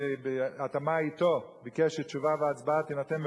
בהתאמה אתו הוא ביקש שתשובה והצבעה יהיו